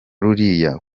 ruriya